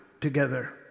together